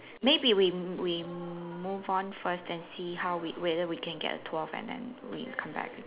maybe we we move on first then see how we whether we can get a twelve and then we come back